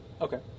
Okay